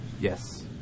Yes